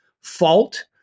fault